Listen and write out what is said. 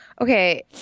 Okay